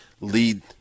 lead